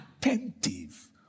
attentive